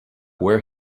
where